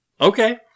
Okay